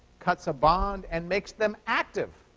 cuts a bond, and makes them active.